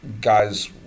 guys